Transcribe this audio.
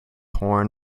horn